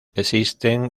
existen